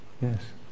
yes